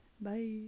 Bye